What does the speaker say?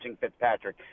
Fitzpatrick